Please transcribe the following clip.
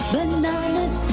Bananas